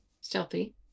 stealthy